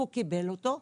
קיבל אותו,